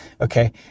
Okay